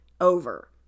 over